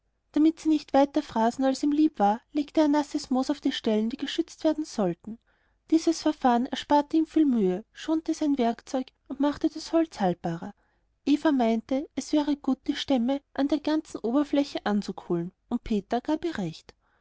damit sie nicht weiter fraßen als ihm lieb war legte er nasses moos auf die stellen die geschützt werden sollten dieses verfahren ersparte ihm viel mühe schonte sein werkzeug und machte das bauholz haltbarer eva meinte es wäre gut die stämme an der ganzen oberfläche anzukohlen und peter gab ihr recht